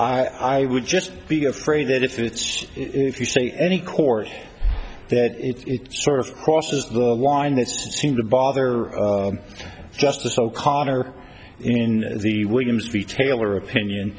i would just be afraid that if it's if you say any court that sort of crosses the line that seemed to bother justice o'connor in the williams detailer opinion